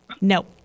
no